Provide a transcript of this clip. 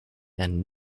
and